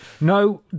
No